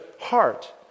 heart